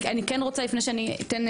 אני כן רוצה לפני שאני אתן,